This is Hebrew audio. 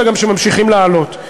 אלא שגם ממשיכים לעלות.